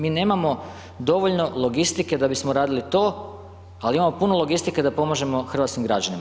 Mi nemamo dovoljno logistike, da bismo radili to, ali imamo puno logistike da pomažemo hrvatskim građanima.